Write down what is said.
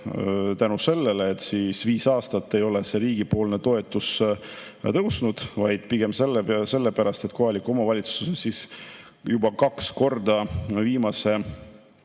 tänu sellele, et viis aastat ei ole riigi toetus tõusnud, vaid pigem sellepärast, et kohalik omavalitsus on juba kaks korda viimase